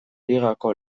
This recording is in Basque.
ligako